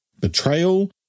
betrayal